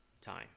time